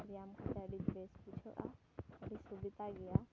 ᱵᱮᱭᱟᱢ ᱠᱟᱛᱮ ᱟᱹᱰᱤ ᱵᱮᱥ ᱵᱩᱡᱷᱟᱹᱜᱼᱟ ᱟᱹᱰᱤ ᱥᱩᱵᱤᱫᱟ ᱜᱮᱭᱟ